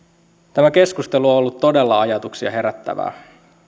tämä keskustelu on ollut todella ajatuksia herättävää